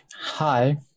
Hi